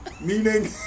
Meaning